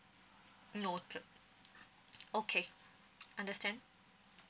noted okay understand